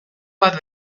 bat